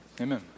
amen